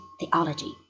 theology